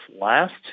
last